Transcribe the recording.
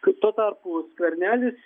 kai tuo tarpu skvernelis